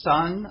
Son